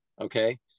okay